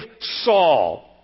Saul